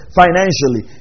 financially